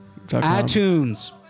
iTunes